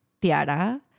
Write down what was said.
Tiara